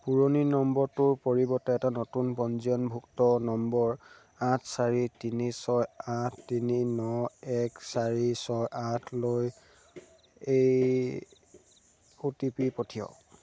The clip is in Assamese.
পুৰণি নম্বৰটোৰ পৰিৱৰ্তে এটা নতুন পঞ্জীয়নভুক্ত নম্বৰ আঠ চাৰি তিনি ছয় আঠ তিনি ন এক চাৰি ছয় আঠলৈ এই অ' টি পি পঠিয়াওক